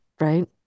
right